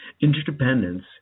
Interdependence